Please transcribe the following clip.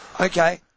Okay